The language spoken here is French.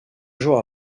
jours